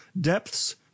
depths